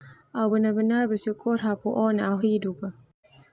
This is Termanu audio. Au benar-benar bersyukur hapu oh nai au hidup ah.